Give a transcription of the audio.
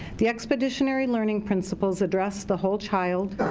the expeditionary learning principles address the whole child,